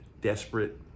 desperate